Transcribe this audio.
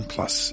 Plus